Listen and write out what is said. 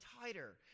tighter